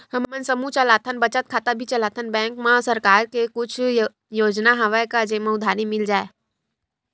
हमन समूह चलाथन बचत खाता भी चलाथन बैंक मा सरकार के कुछ योजना हवय का जेमा उधारी मिल जाय?